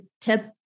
tip